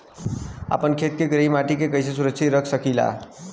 आपन खेत के करियाई माटी के कइसे सुरक्षित रख सकी ला?